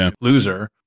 loser